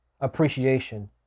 appreciation